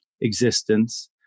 existence